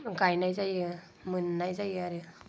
गायनाय जायो मोननाय जायो आरो